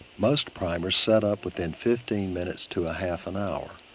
most primers set up within fifteen minutes to a half an hour.